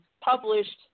published